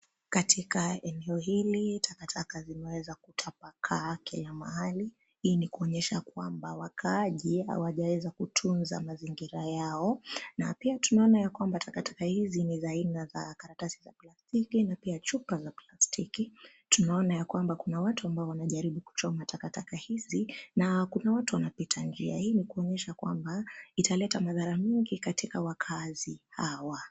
Katika eneo hili, taka taka zimeweza kutapakaa kila mahali. Hii ni kuonyesha kwamba wakaaji hawajaeza kutunza mazingira yao, na pia tunaona ya kwamba takataka hizi ni za aina za karatasi za plastiki na pia chupa za plastiki . Tunaona ya kwamba kuna watu ambao wanajaribu kuchoma takataka hizi, na kuna watu wanapita njia. Hii ni kuonyesha kwamba, italeta madhara mengi katika wakaazi hawa.